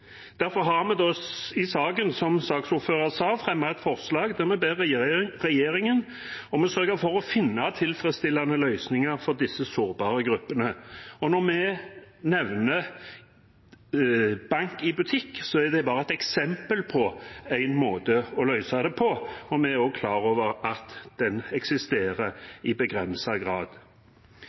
Derfor har vi i saken, som saksordføreren sa, fremmet et forslag der vi ber regjeringen om å sørge for å finne tilfredsstillende løsninger for disse sårbare gruppene. Når vi nevner bank i butikk, er det bare et eksempel på en måte å løse det på, og vi er også klar over at det eksisterer i begrenset grad.